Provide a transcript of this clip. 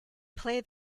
play